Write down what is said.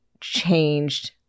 changed